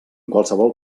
qualsevol